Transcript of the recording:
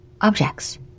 objects